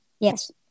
Yes